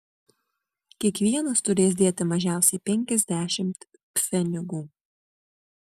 kiekvienas turės dėti mažiausiai penkiasdešimt pfenigų